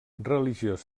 religiós